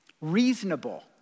reasonable